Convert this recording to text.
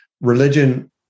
religion